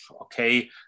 okay